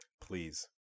Please